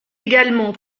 également